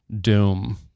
doom